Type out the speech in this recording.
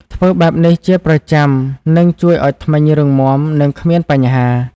ធ្វើបែបនេះជាប្រចាំ នឹងជួយឲ្យធ្មេញរឹងមាំ និងគ្មានបញ្ហា។